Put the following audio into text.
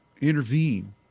intervene